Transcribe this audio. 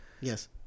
yes